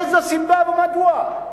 מאיזו סיבה ומדוע?